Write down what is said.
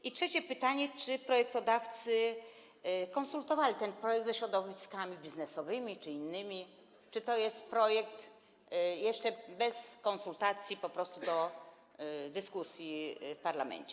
I trzecie pytanie: Czy projektodawcy konsultowali ten projekt ze środowiskami biznesowymi czy innymi, czy to jest projekt jeszcze bez konsultacji, po prostu do dyskusji w parlamencie?